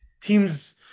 teams